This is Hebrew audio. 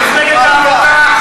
ממפלגת העבודה,